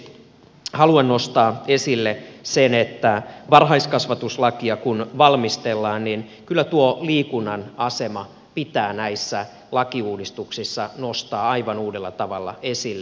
aivan lopuksi haluan nostaa esille sen että kun varhaiskasvatuslakia valmistellaan niin kyllä liikunnan asema pitää näissä lakiuudistuksissa nostaa aivan uudella tavalla esille